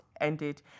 ended